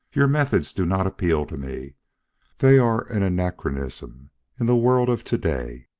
your methods do not appeal to me they are an anachronism in the world of to-day.